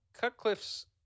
Cutcliffe's